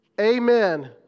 amen